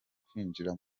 kwinjira